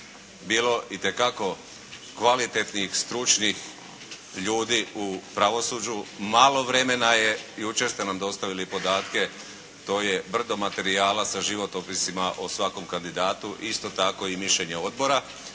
bilo itekako kvalitetnih, stručnih ljudi u pravosuđu. Malo vremena je, jučer ste nam dostavili podatke, to je brdo materijala sa životopisima o svakom kandidatu, isto tako i mišljenje odbora,